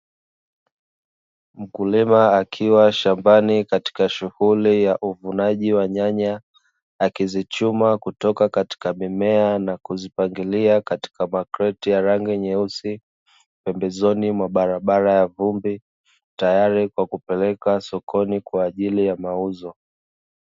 Mkulima akiwa shambani katika shughuli ya uvunaji wa nyanya akizichuma kutoka katika mimea na kuzipangilia katika makreti ya rangi nyeusi, pembezoni mwa barabar ya vumbi, tayari kwa kupeleka sokoni kwa ajili ya mauzo.